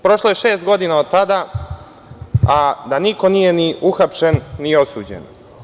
Prošlo je šest godina od tada, a da niko nije ni uhapšen, ni osuđen.